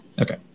Okay